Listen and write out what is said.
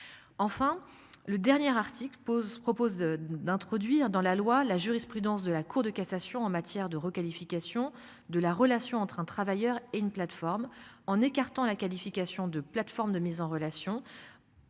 Enfin le dernier article pose propose d'introduire dans la loi la jurisprudence de la Cour de cassation en matière de requalification de la relation entre un travailleur et une plateforme en écartant la qualification de plateforme de mise en relation.